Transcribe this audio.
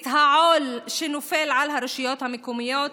את העול שנופל על הרשויות המקומיות,